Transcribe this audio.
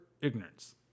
ignorance